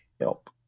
help